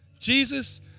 Jesus